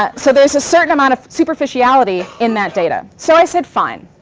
ah so there's a certain amount of superficiality in that data. so i said fine,